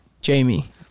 Jamie